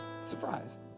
Surprise